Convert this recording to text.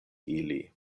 ili